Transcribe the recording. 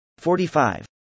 45